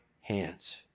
hands